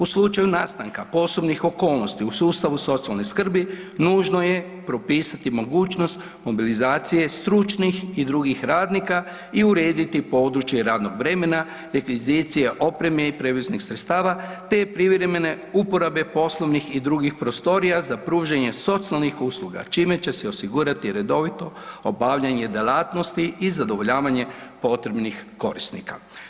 U slučaju nastanka posebnih okolnosti u sustavu socijalne skrbi nužno je propisati mogućnost mobilizacije stručnih i drugih radnika i urediti područje radnog vremena, rekvizicija opreme i prijevoznih sredstava te privremene uporabe poslovnih i drugih prostorija za pružanje socijalnih usluga čime će se osigurati redovito obavljanje djelatnosti i zadovoljavanje potrebnih korisnika.